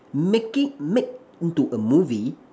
making make into a movie